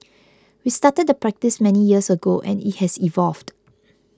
we started the practice many years ago and it has evolved